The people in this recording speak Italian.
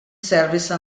service